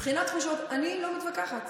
מבחינת תחושות אני לא מתווכחת.